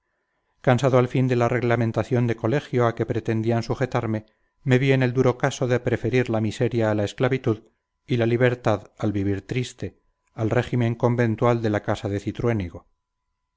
cansado al fin de la reglamentación de colegio a que pretendían sujetarme me vi en el duro caso de preferir la miseria a la esclavitud y la libertad al vivir triste al régimen conventual de la casa de cintruénigo